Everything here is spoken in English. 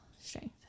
strength